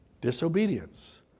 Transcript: Disobedience